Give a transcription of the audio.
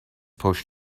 پشت